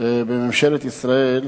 בממשלת ישראל,